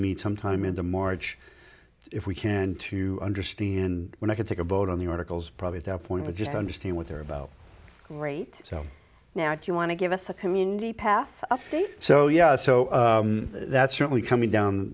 meet sometime in the march if we can to understand when i could take a vote on the articles probably at that point i just understand what they're about great so now do you want to give us a community path up so yeah so that's certainly coming down